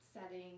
setting